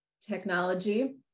technology